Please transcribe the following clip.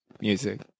music